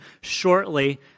shortly